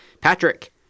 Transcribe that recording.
Patrick